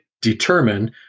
determine